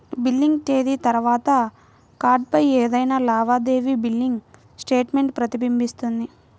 billing తేదీ తర్వాత కార్డ్పై ఏదైనా లావాదేవీ బిల్లింగ్ స్టేట్మెంట్ ప్రతిబింబిస్తుంది